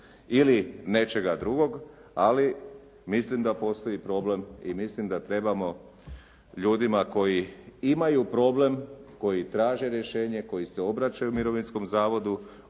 ili nečega drugog. Ali, mislim da postoji problem i mislim da trebamo ljudima koji imaju problem, koji traže rješenje, koji se obraćaju Mirovinskom zavodu